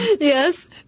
Yes